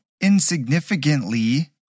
insignificantly